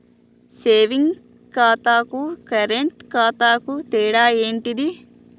Saving ఖాతాకు current ఖాతాకు తేడా ఏంటిది?